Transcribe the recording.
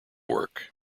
work